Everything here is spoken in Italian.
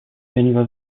veniva